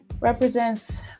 represents